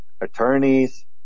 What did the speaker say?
attorneys